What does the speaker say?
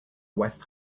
west